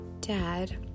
dad